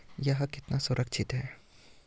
यह कितना सुरक्षित है?